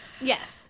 Yes